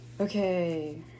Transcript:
Okay